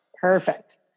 perfect